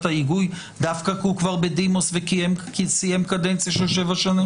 ההיגוי כי הוא כבר בדימוס וסיים קדנציה של 7 שנים?